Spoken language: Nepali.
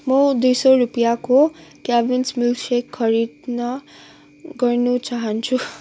म दुई सौ रुपियाँको क्याभिन्स मिल्कसेक खरिदन गर्न चाहान्छु